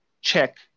check